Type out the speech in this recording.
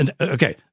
okay